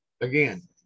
again